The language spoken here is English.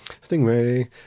Stingray